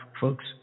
folks